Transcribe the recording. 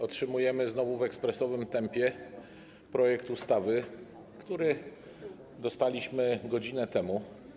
Otrzymujemy znowu w ekspresowym tempie projekt ustawy, dostaliśmy go godzinę temu.